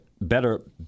better